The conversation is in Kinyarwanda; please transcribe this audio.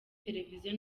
televiziyo